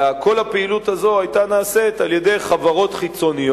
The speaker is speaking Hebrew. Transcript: אלא כל הפעילות הזאת נעשתה על-ידי חברות חיצוניות,